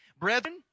Brethren